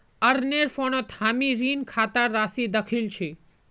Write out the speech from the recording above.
अरनेर फोनत हामी ऋण खातार राशि दखिल छि